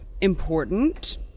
important